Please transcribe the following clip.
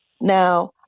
Now